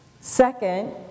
Second